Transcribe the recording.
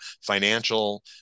financial